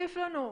תוסיף לנו.